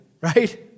right